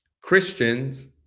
Christians